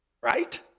right